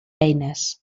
eines